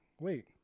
wait